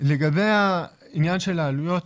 לגבי העניין של העלויות,